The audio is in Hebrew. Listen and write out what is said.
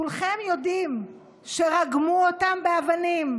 כולכם יודעים שרגמו אותם באבנים.